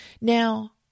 Now